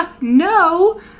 no